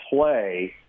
play